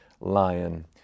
lion